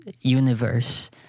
universe